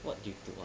what do you do uh